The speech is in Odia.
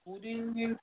ପୁରୀ